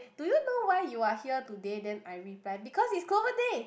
do you know why you are here today then I reply because it's clover day